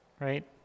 right